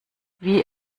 wie